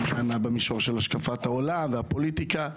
במישור של השקפת העולם והפוליטיקה.